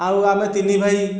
ଆଉ ଆମେ ତିନି ଭାଇ